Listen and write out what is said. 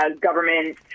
government